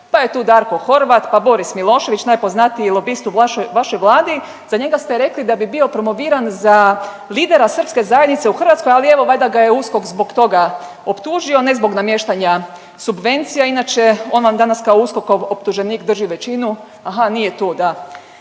pa je tu Darko Horvat, pa Boris Milošević najpoznatiji lobist u vašoj Vladi. Za njega ste rekli da bi bio promoviran za lidera srpske zajednice u Hrvatskoj, ali evo valjda ga je USKOK zbog toga optužio ne zbog namještanja subvencija. Inače on vam danas kao USKOK-ov optuženik drži većinu. Aha nije tu, da.